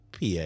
PA